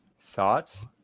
thoughts